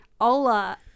Hola